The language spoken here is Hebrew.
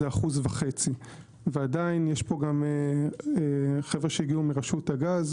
זה 1.5%. עדיין יש פה חבר'ה שהגישו מרשות הגז.